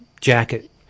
jacket